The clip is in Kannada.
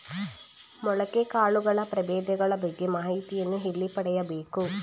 ಮೊಳಕೆ ಕಾಳುಗಳ ಪ್ರಭೇದಗಳ ಬಗ್ಗೆ ಮಾಹಿತಿಯನ್ನು ಎಲ್ಲಿ ಪಡೆಯಬೇಕು?